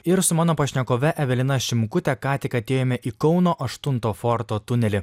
ir su mano pašnekove evelina šimkute ką tik atėjome į kauno aštunto forto tunelį